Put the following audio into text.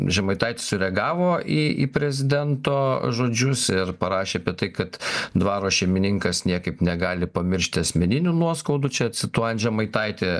žemaitaitis sureagavo į į prezidento žodžius ir parašė apie tai kad dvaro šeimininkas niekaip negali pamiršti asmeninių nuoskaudų čia cituojant žemaitaitį